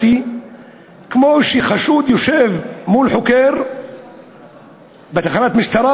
כמו שכשחשוד יושב מול חוקר בתחנת המשטרה,